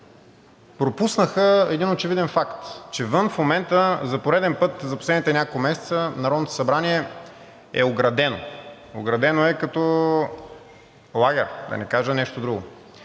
пропуснаха един очевиден факт, че вън в момента, и за пореден път за последните няколко месеца, Народното събрание е оградено. Оградено е като лагер, да не кажа нещо друго,